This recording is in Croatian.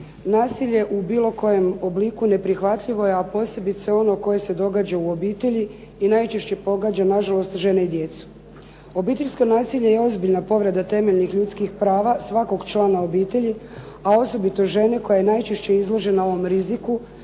Nasilje u bilo kojem obliku neprihvatljivo je, a posebice ono koje se događa u obitelji i najčešće pogađa nažalost žene i djecu. Obiteljsko nasilje je ozbiljna povreda temeljnih ljudskih prava svakog člana obitelji, a osobito žene koja je najčešće izložena ovom riziku